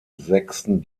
sechsten